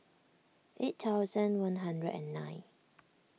eight thousand one hundred and nine